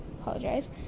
apologize